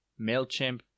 MailChimp